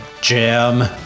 Jim